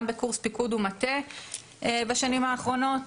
גם בקורס פיקוד ומטה בשנים האחרונות.